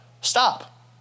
stop